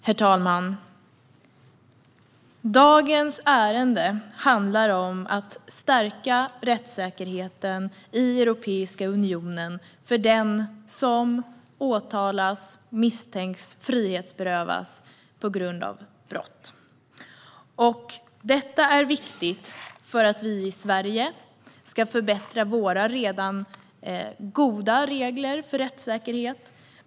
Herr talman! Dagens ärende handlar om att stärka rättssäkerheten i Europeiska unionen för den som åtalas och frihetsberövas på grund av misstänkt brott. Detta är viktigt för att vi i Sverige ska förbättra våra redan goda regler för rättssäkerhet.